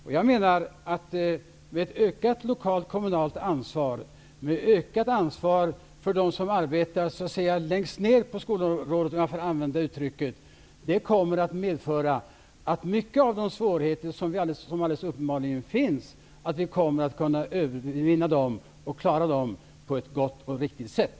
Jag menar att ett ökat lokalt/kommunalt ansvar och ökat ansvar för dem som arbetar längst ned på skolområdet -- om jag får använda det uttryckssättet -- kommer att medföra att mycket av de svårigheter som uppenbarligen finns kommer att kunna övervinnas och klaras på ett gott och riktigt sätt.